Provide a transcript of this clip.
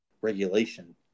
regulation